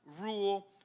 rule